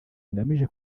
ngamije